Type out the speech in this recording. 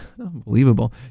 Unbelievable